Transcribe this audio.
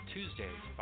Tuesdays